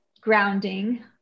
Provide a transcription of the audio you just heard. grounding